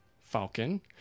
Falcon